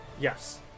Yes